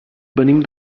venim